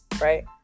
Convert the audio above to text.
Right